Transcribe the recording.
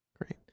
Great